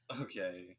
Okay